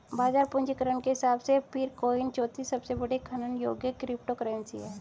बाजार पूंजीकरण के हिसाब से पीरकॉइन चौथी सबसे बड़ी खनन योग्य क्रिप्टोकरेंसी है